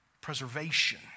preservation